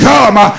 Come